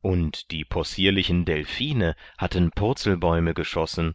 und die possierlichen delphine hatten purzelbäume geschossen